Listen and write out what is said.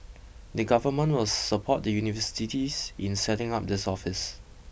the government will support the universities in setting up this office